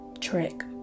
trick